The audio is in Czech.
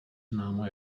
známo